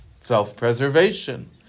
Self-preservation